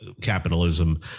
capitalism